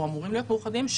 או אמורים להיות מאוחדים,